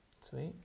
Sweet